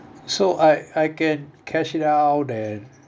so I I can cash it out then